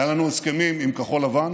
היו לנו הסכמים עם כחול לבן,